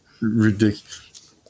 Ridiculous